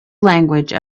language